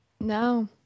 No